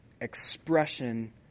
expression